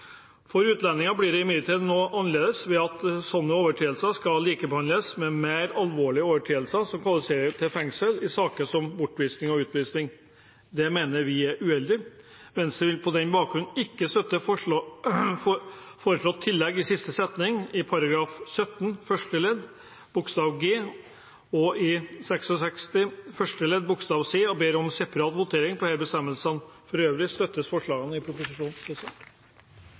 For utlendinger blir det imidlertid nå annerledes, ved at slike overtredelser skal likebehandles med mer alvorlige overtredelser som kvalifiserer til fengsel i saker om bortvisning og utvisning. Det mener vi er uheldig. Venstre vil på denne bakgrunn ikke støtte foreslått tillegg i siste setning i §§ 17 første ledd bokstav g og 66 første ledd bokstav c, og vi ber om separat votering over disse bestemmelsene. For øvrig støttes forslagene i proposisjonen.